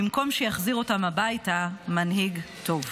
במקום שיחזיר אותם הביתה מנהיג טוב.